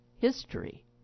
history